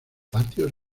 patios